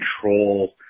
control